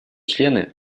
члены